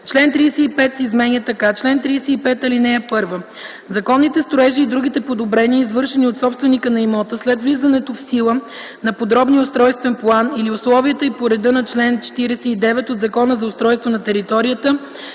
Член 35 се изменя така: „Чл. 35. (1) Законните строежи и другите подобрения, извършени от собственика на имота с влизането в сила на подробния устройствен план или условията и по реда на чл. 49 от Закона за устройство на територията,